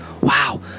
wow